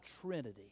Trinity